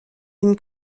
une